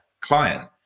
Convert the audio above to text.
client